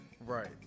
Right